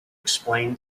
explain